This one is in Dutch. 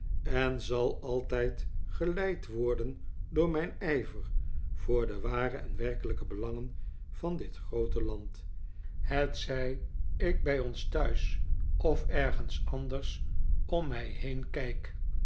en zal altijd geleid worden door mijn ijver voor de ware en werkelijke belangen van dit groote land hetzij ik bij ons thuis of ergens anders om mij heen